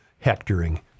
hectoring